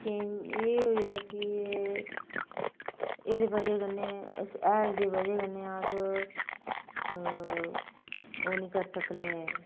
एह् होए दा के एह् एह्दी बजह् कन्नै इस हैल दी बजह् कन्नै अ अस ओह् नेईं करी सकदे